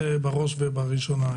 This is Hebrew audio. זה בראש ובראשונה.